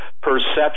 perception